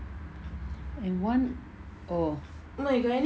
and one oh